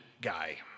guy